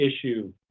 issue